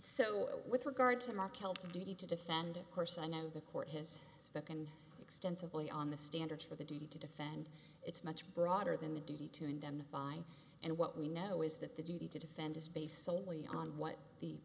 so with regard to mark helps duty to defend it course i know the court has spoken extensively on the standards for the duty to defend it's much broader than the duty to indemnify and what we know is that the duty to defend is based solely on what the